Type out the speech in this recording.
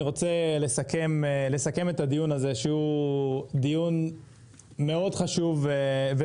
אני רוצה לסכם את הדיון הזה שהוא דיון מאוד חשוב,